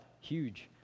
huge